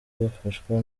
yafashwa